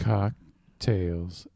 Cocktails